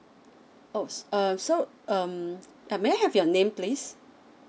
!oops! um so um err may I have your name please